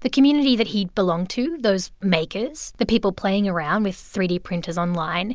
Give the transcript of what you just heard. the community that he'd belonged to those makers, the people playing around with three d printers online